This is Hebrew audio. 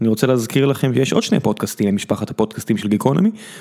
אני רוצה להזכיר לכם שיש עוד שני פודקאסטים למשפחת הפודקאסטים של גיקורנמי.